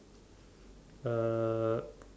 uh